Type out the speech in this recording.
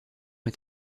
est